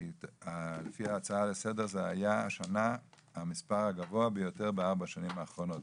לפי ההצעה לסדר זה היה השנה המספר הגבוה ביותר בארבע שנים האחרונות,